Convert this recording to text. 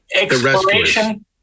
exploration